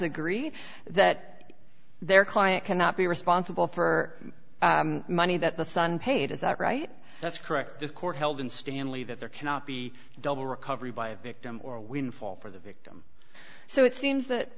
agree that their client cannot be responsible for money that the son paid is that right that's correct the court held in stanley that there cannot be double recovery by a victim or a windfall for the victim so it seems that